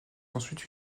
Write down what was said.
ensuite